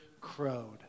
crowed